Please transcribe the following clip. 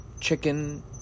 chicken